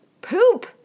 Poop